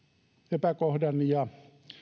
epäkohdan ja